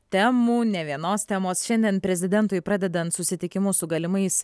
temų ne vienos temos šiandien prezidentui pradedant susitikimus su galimais